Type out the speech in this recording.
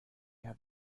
have